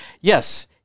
yes